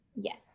yes